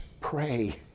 pray